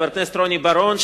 חבר הכנסת רוני בר-און,